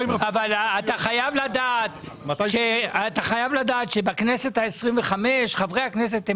אתה חייב לדעת שבכנסת ה-25 חברי הכנסת הם